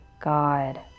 God